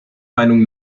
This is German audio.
meinung